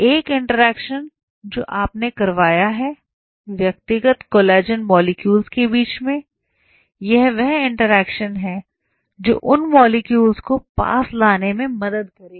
एक इंटरेक्शन जो आपने करवाया है व्यक्तिगत कोलाजन मॉलिक्यूल के बीच में यह वह इंटरेक्शन है जो उन मॉलिक्यूलर को पास लाने में मदद करेगा